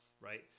right